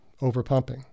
overpumping